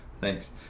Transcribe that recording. Thanks